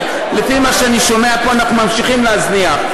ולפי מה שאני שומע פה אנחנו ממשיכים להזניח.